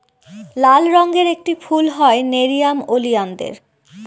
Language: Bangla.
লাল রঙের একটি ফুল হয় নেরিয়াম ওলিয়ানদের